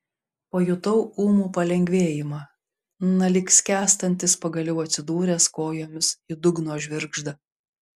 pajutau ūmų palengvėjimą na lyg skęstantis pagaliau atsidūręs kojomis į dugno žvirgždą